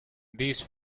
these